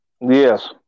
Yes